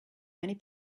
many